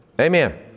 Amen